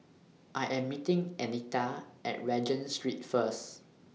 I Am meeting Anita At Regent Street First